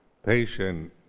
Patient